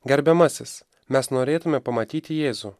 gerbiamasis mes norėtume pamatyti jėzų